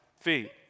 feet